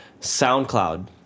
SoundCloud